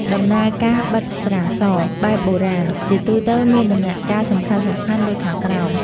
ដំណើរការបិតស្រាស បែបបុរាណ ជាទូទៅមានដំណាក់កាលសំខាន់ៗដូចខាងក្រោម។